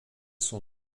son